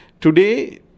Today